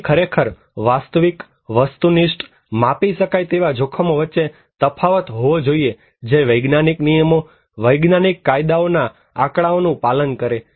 તેથીખરેખર વાસ્તવિક વસ્તુનિષ્ઠ માપી શકાય તેવા જોખમો વચ્ચે તફાવત હોવો જોઈએ જે વૈજ્ઞાનિક નિયમો વૈજ્ઞાનિક કાયદાઓના આંકડાઓનું પાલન કરે